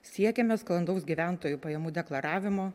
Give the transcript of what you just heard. siekiame sklandaus gyventojų pajamų deklaravimo